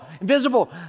invisible